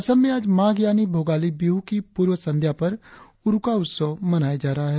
असम में आज माघ यानी भोगाली बिहु की पूर्व संध्या पर उरुका उत्सव मनाया जा रहा है